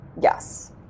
Yes